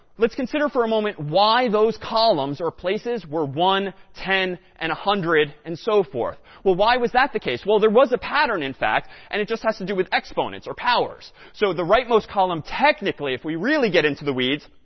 let's consider for a moment why those columns are places where one, ten, and one hundred, and so forth. well, why was that the case? well, there was a pattern, in fact, and it just has to do with exponents or powers. so the rightmost column, technically, if we really get into the weeds,